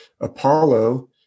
Apollo